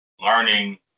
learning